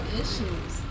issues